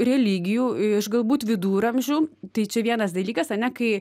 religijų iš galbūt viduramžių tai čia vienas dalykas ane kai